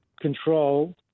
control